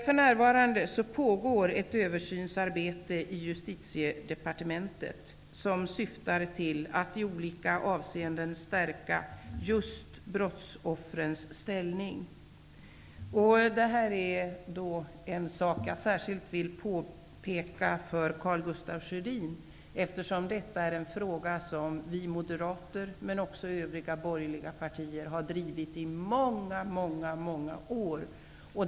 För närvarande pågår ett översynsarbete i Justitiedepartementet, som syftar till att i olika avseenden stärka just brottsoffrens ställning. Detta är en sak som jag särskilt vill påpeka för Karl Gustaf Sjödin, eftersom detta är en fråga som vi moderater, men också övriga borgerliga partier, har drivit i många år.